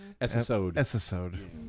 episode